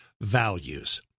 values